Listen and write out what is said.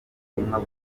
ubutumwa